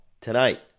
tonight